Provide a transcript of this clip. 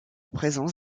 présence